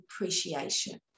appreciation